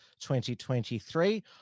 2023